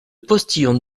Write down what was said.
postillon